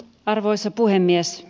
arvoisa puhemies